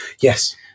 Yes